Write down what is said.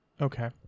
Okay